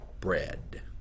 bread